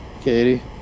Katie